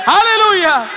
Hallelujah